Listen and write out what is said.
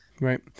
Right